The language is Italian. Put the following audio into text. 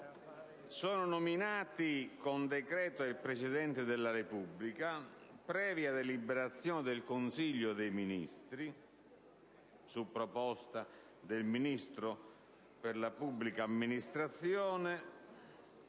nominati con decreto del Presidente della Repubblica, previa deliberazione del Consiglio dei ministri, su proposta del Ministro per la pubblica amministrazione,